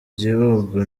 gihugu